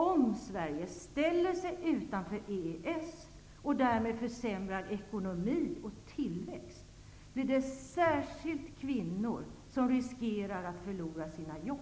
Om Sverige ställer sig utanför EES, och därmed försämrar ekonomi och tillväxt, är det särskilt kvinnorna som riskerar att förlora sina jobb.